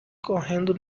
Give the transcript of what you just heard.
correndo